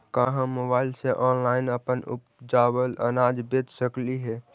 का हम मोबाईल से ऑनलाइन अपन उपजावल अनाज बेच सकली हे?